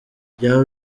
byaha